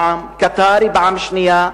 פעם, קטארי פעם שנייה,